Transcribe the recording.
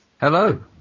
Hello